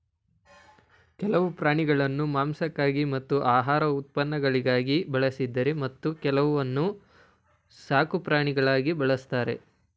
ಕೆಲವು ಪ್ರಾಣಿಗಳನ್ನು ಮಾಂಸಕ್ಕಾಗಿ ಮತ್ತು ಆಹಾರ ಉತ್ಪನ್ನಗಳಿಗಾಗಿ ಬಳಸಿದರೆ ಮತ್ತೆ ಕೆಲವನ್ನು ಸಾಕುಪ್ರಾಣಿಗಳಾಗಿ ಬಳ್ಸತ್ತರೆ